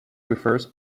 refers